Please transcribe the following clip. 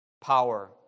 Power